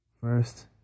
first